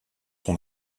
son